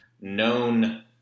known